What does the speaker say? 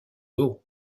haut